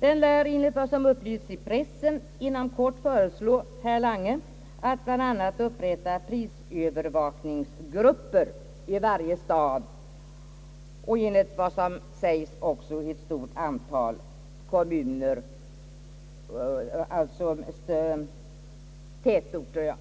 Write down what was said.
Den lär enligt vad som upplysts i pressen inom kort föreslå herr Lange att bl.a. upprätta prisövervakningsgrupper i varje stad och enligt vad som sagts även i ett stort antal kommuner, alltså tätorter.